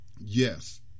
yes